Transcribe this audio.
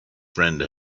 friend